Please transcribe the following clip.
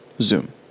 Zoom